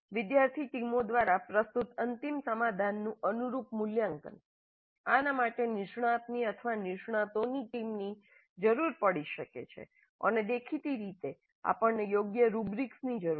વિદ્યાર્થી ટીમો દ્વારા પ્રસ્તુત અંતિમ સમાધાનનું અનુરૂપ મૂલ્યાંકન આના માટે નિષ્ણાતની અથવા નિષ્ણાતોની ટીમો ની જરૂર પડી શકે છે અને દેખીતી રીતે આપણને યોગ્ય રૂબ્રિક્સની જરૂર છે